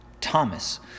Thomas